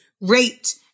raped